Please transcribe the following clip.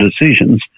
decisions